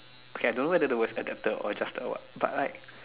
kay I don't know whether the worst adapter or just the what but like